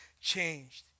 changed